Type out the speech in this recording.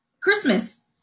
Christmas